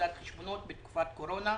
הגבלת החשבונות בתקופת הקורונה.